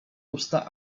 usta